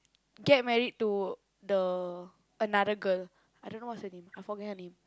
get married to the another girl I don't know what's her name I forget her name